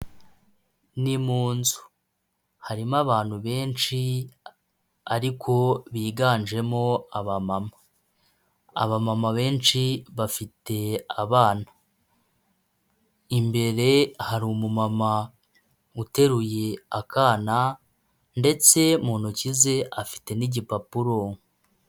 Ni mu nzu, harimo abantu benshi ariko biganjemo abamama, abamama benshi bafite abana, imbere hari umumama uteruye akana ndetse mu ntoki ze afite n'igipapuro.